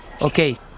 okay